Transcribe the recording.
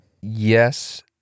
Yes